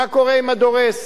מה קורה עם הדורס,